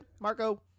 Marco